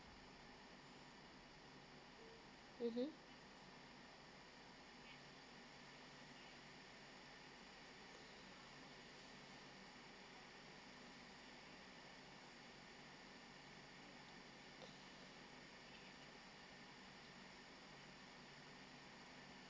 mmhmm